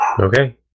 Okay